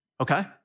Okay